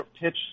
pitch